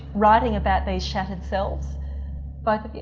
writing about these shattered selves both of you?